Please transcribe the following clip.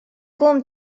kuum